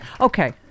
Okay